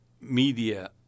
media